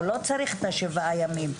הוא לא צריך את שבעת הימים.